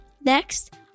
Next